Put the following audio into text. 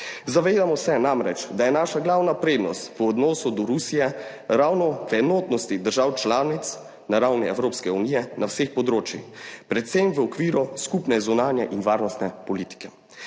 zavedamo se namreč, da je naša glavna prednost v odnosu do Rusije ravno v enotnosti držav članic na ravni Evropske unije na vseh področjih, predvsem v okviru skupne zunanje in varnostne politike.